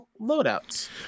loadouts